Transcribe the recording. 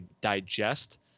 digest